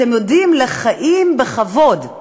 אתם יודעים, לחיים בכבוד,